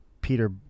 Peter